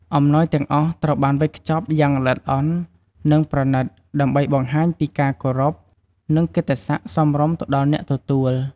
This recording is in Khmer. អំណោយទាំងអស់ត្រូវបានវេចខ្ចប់យ៉ាងល្អិតល្អន់ និងប្រណិត ដើម្បីបង្ហាញពីការគោរព និងកិតិ្ដសក្ដិសមរម្យទៅដល់អ្នកទទួល។